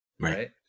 right